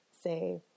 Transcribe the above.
say